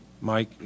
Mike